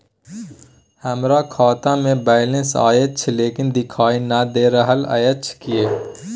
हमरा खाता में बैलेंस अएछ लेकिन देखाई नय दे रहल अएछ, किये?